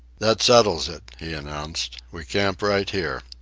that settles it, he announced. we camp right here.